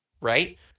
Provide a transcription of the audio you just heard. right